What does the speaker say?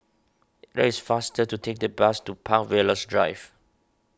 it is faster to take the bus to Park Villas Rise